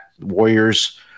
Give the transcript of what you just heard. Warriors